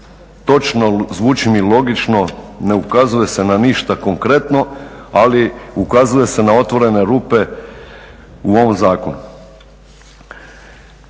točno zvuči mi logično ne ukazuje se ništa na konkretno, ali ukazuje se na otvorene rupe u ovom zakonu.